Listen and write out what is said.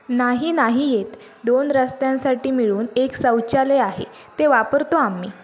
नाही नाही आहेत दोन रस्त्यांसाठी मिळून एक शौचालय आहे ते वापरतो आम्ही